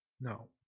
No